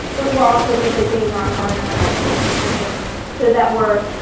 but we're also revisiting our environmental management decisions so that we're